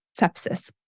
sepsis